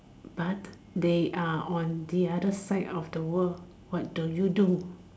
but they are on the other side of the world what do you do